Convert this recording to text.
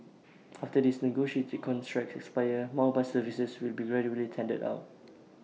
after these negotiated contracts expire more bus services will be gradually tendered out